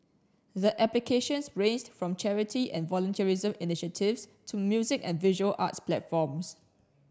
the applications ranged from charity and volunteerism initiatives to music and visual arts platforms